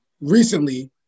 recently